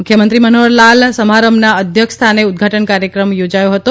મુખ્યમંત્રી મનોહર લાલ સમારંભના અધ્યક્ષ સ્થાને ઉદ્વાટન કાર્યક્રમ યોજાયો હતો